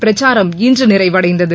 பிரச்சாரம் இன்று நிறைவடைந்தது